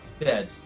dead